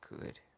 good